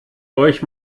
euch